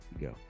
Go